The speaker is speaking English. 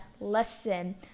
lesson